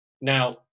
Now